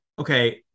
okay